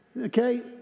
okay